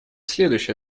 следующее